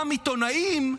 גם עיתונאים,